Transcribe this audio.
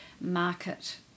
market